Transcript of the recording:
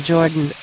Jordan